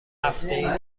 هفتهای